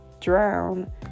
drown